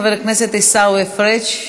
חבר הכנסת עיסאווי פריג'.